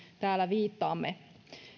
täällä viittaamme